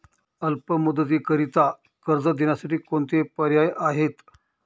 अल्प मुदतीकरीता कर्ज देण्यासाठी कोणते पर्याय आहेत?